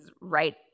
right